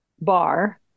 bar